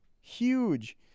Huge